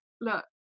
look